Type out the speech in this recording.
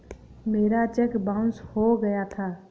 मेरा cheque bounce हो गया था